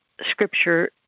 scripture